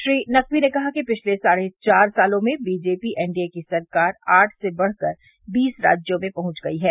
श्री नकवी ने कहा कि पिछले साढ़े चार सालों में बीजेपी एनडीए की सरकार आठ से बढ़कर बीस राज्यों में पहुंच गई है